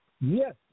Yes